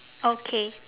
okay